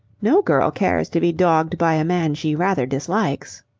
no girl cares to be dogged by a man she rather dislikes.